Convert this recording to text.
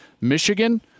michigan